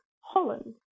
Holland